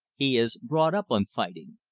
he is brought up on fighting.